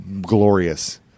glorious